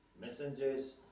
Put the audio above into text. messengers